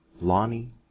Lonnie